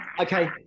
okay